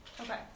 Okay